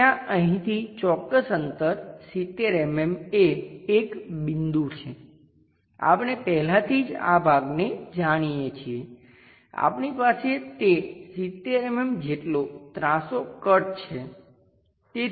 ત્યાં અહીંથી ચોક્કસ અંતર 70 mm એ એક બિંદુ છે આપણે પહેલાથી જ આ ભાગને જાણીએ છીએ આપણી પાસે તે 70 mm જેટલો ત્રાસો કટ છે